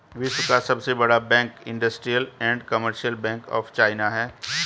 विश्व का सबसे बड़ा bank industrial and commercial bank of China है